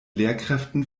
lehrkräften